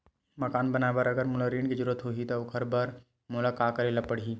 मकान बनाये बर अगर मोला ऋण के जरूरत होही त ओखर बर मोला का करे ल पड़हि?